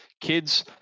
kids